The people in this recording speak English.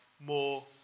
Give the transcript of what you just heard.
more